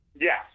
Yes